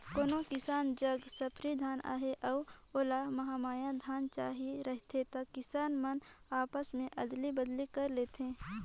कोनो किसान जग सफरी धान अहे अउ ओला महमाया धान चहिए रहथे त किसान मन आपसे में अदली बदली कर लेथे